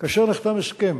כאשר נחתם הסכם